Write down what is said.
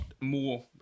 more